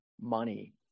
money